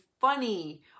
funny